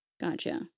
Gotcha